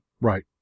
Right